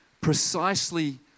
precisely